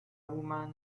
woman